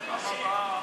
נתקבלה.